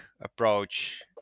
approach